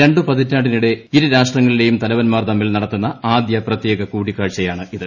രണ്ട് പതിറ്റാണ്ടിനിടെ ഇരുരാഷ്ട്രങ്ങളിലേയും തലവന്മാർ തമ്മിൽ നടത്തുന്ന ആദ്യ പ്രത്യേക കൂടിക്കാഴ്ചയാണിത്